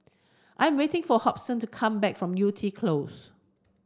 I am waiting for Hobson to come back from Yew Tee Close